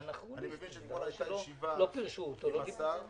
אני מבין שאתמול היתה ישיבה עם שר האוצר,